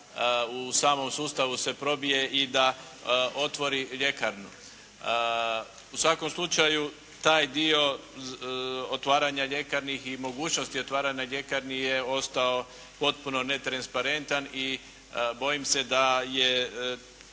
u samom sustavu se probije i da otvori ljekarnu. U svakom slučaju taj dio otvaranja ljekarni i mogućnosti otvaranja ljekarni je ostao potpuno netransparentan i bojim se da je